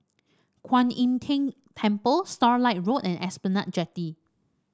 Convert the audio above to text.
Kwan Im Tng Temple Starlight Road and Esplanade Jetty